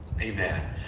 Amen